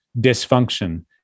dysfunction